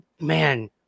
man